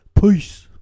Peace